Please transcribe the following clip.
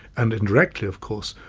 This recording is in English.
and indirectly of course,